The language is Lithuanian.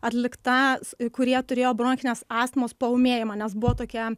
atlikta kurie turėjo bronchinės astmos paūmėjimą nes buvo tokia